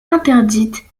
interdite